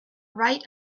right